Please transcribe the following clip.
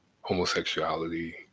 homosexuality